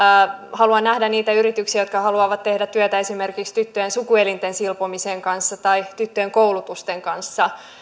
haluan nähdä niitä yrityksiä jotka haluavat tehdä työtä esimerkiksi tyttöjen sukuelinten silpomisen kanssa tai tyttöjen koulutuksen kanssa